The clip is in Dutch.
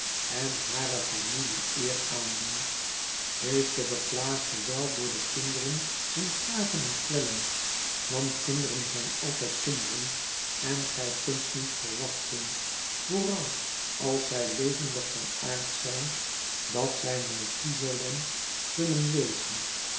en hare familie eer aandoen heeft den beklaagde wel door de kinderen zien plagen en kwellen want kinderen zijn altijd kinderen en gij kunt niet verwachten vooral als zij levendig van aard zijn dat zij methusalem's zullen wezen